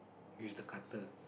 use the cutter